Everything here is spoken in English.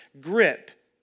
grip